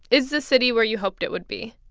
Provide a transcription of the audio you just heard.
is the city where you hoped it would be?